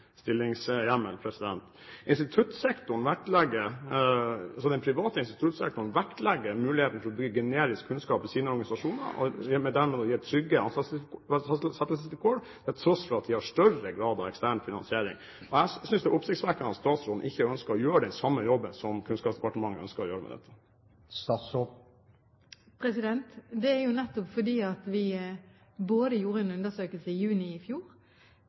Den private instituttsektoren vektlegger muligheten for å bygge opp generisk kunnskap i sine organisasjoner, og de gir dermed trygge ansettelsesvilkår, til tross for at de har en større grad av ekstern finansiering. Jeg synes det er oppsiktsvekkende at statsråden ikke ønsker å gjøre den samme jobben som Kunnskapsdepartementet ønsker å gjøre med dette. Det er jo nettopp fordi vi både gjorde en undersøkelse i juni i fjor